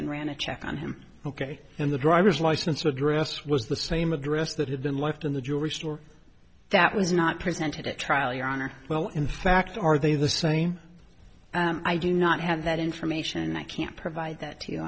and ran a check on him ok and the driver's license address was the same address that had been left in the jewelry store that was not presented at trial your honor well in fact are they the same i do not have that information i can't provide that to